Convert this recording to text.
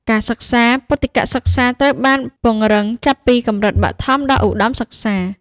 ការសិក្សាពុទ្ធិកសិក្សាត្រូវបានពង្រឹងចាប់ពីកម្រិតបឋមដល់ឧត្តមសិក្សា។